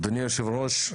אדוני היושב-ראש,